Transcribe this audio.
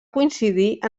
coincidir